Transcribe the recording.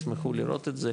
ישמחו לראות את זה,